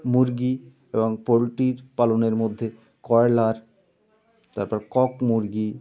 মুরগি এবং পোল্ট্রি পালনের মধ্যে কয়লার তারপর কক মুরগি